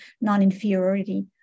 non-inferiority